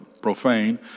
profane